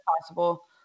possible